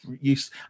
use